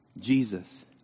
Jesus